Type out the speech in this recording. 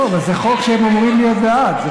זה חוק שהם אמורים להיות בעדו.